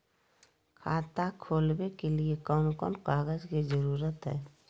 खाता खोलवे के लिए कौन कौन कागज के जरूरत है?